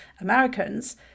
Americans